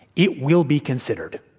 it will be considered.